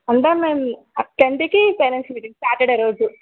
అంటే మేము ట్వంటీకి పేరెంట్స్ మీటింగ్ సాటర్డే రోజు